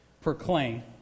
proclaim